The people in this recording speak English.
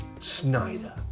Snyder